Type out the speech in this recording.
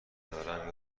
دارم